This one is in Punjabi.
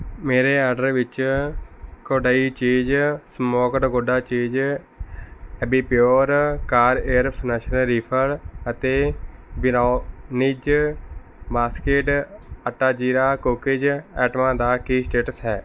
ਮੇਰੇ ਆਰਡਰ ਵਿੱਚ Kodai cheese smoked gouda cheese Ambipur car air freshener refill ਅਤੇ brownies basket atta jeera cookies ਆਈਟਮਾਂ ਦਾ ਕੀ ਸਟੇਟਸ ਹੈ